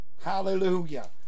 Hallelujah